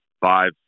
five